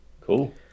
Cool